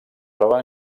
troba